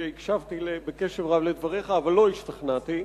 שהקשבתי בקשב רב לדבריך אבל לא השתכנעתי.